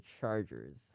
chargers